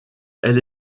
elle